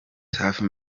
safi